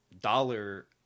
dollar